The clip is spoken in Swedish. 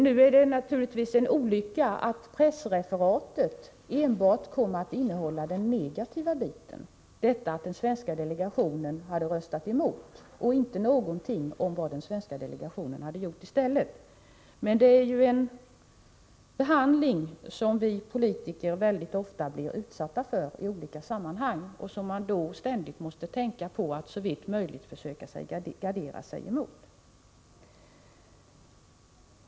Nu är det naturligtvis en olycka att pressreferatet enbart kom att innehålla den negativa biten, att den svenska delegationen hade röstat emot, och inte någonting om vad den svenska delegationen hade gjort i stället. Men det är ju en behandling som vi politiker väldigt ofta blir utsatta för i olika sammanhang och som man ständigt måste tänka på att såvitt möjligt försöka gardera sig emot.